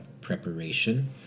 preparation